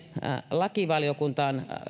lakivaliokuntaan